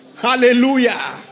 Hallelujah